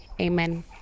Amen